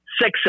six